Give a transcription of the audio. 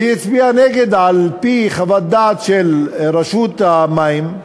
והיא הצביעה נגד על-פי חוות דעת של רשות המים,